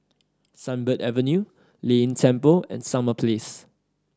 Sunbird Avenue Lei Yin Temple and Summer Place